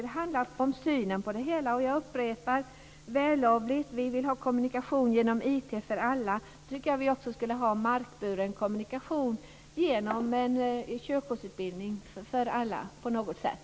Det handlar om synen på det hela. Jag upprepar att det är vällovligt att vi vill ha kommunikation genom IT för alla, men då skulle vi också ha markburen kommunikation genom en körkortsutbildning för alla på något sätt.